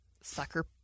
sucker